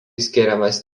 skiriamas